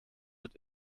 wird